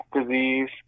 disease